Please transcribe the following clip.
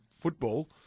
football